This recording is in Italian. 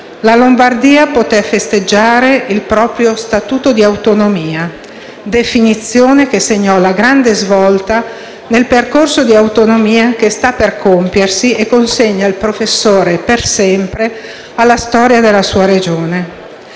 la Lombardia poté festeggiare il proprio statuto di autonomia, definizione che segnò la grande svolta nel percorso di autonomia che sta per compiersi e che consegna il professore per sempre alla storia della sua Regione.